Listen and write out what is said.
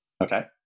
Okay